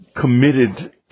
committed